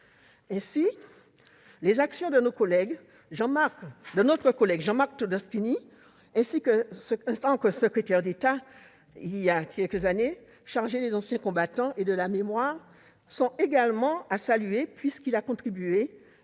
Les actions de notre collègue Jean-Marc Todeschini, ancien secrétaire d'État chargé des anciens combattants et de la mémoire, sont également à saluer, puisqu'il a contribué